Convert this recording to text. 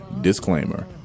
Disclaimer